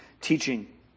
teaching